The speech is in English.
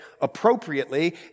appropriately